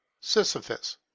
Sisyphus